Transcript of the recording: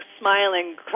smiling